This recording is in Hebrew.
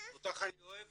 ואותך אני אוהב,